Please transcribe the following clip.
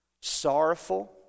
sorrowful